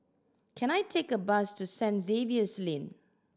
can I take a bus to St Xavier's Lane